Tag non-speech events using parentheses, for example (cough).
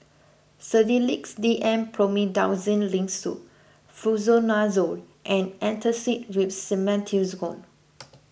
Sedilix D M Promethazine Linctus Fluconazole and Antacid with Simethicone (noise)